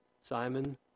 Simon